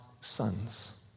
sons